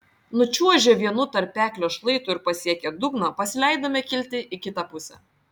nučiuožę vienu tarpeklio šlaitu ir pasiekę dugną pasileidome kilti į kitą pusę